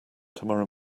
tomorrow